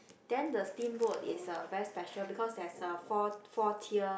then the steamboat is uh very special because there's a four four tier